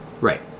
Right